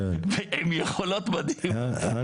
הם יכולות מדהימות.